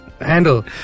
handle